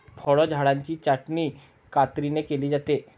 फळझाडांची छाटणी कात्रीने केली जाते